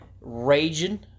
Raging